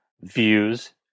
views